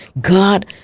God